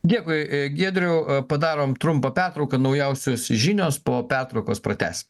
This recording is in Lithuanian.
dėkui giedriau padarom trumpą pertrauką naujausios žinios po pertraukos pratęs